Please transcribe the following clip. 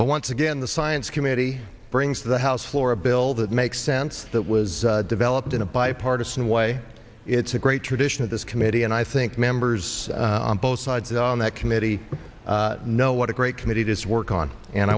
but once again the science committee brings to the house floor a bill that makes sense that was developed in a bipartisan way it's a great tradition of this committee and i think members on both sides on that committee know what a great committee this work on and